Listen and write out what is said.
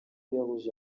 rouge